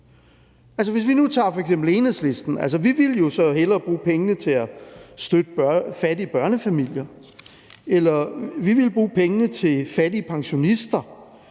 Hvis vi nu f.eks. tager Enhedslisten, vil vi hellere bruge pengene til at støtte fattige børnefamilier eller til fattige pensionister